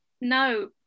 no